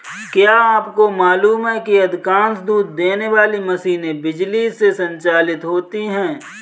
क्या आपको मालूम है कि अधिकांश दूध देने वाली मशीनें बिजली से संचालित होती हैं?